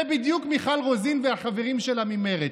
זה בדיוק מיכל רוזין והחברים שלה ממרצ.